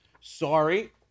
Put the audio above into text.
sorry